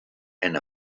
and